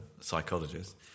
psychologist